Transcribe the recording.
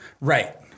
Right